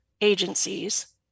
agencies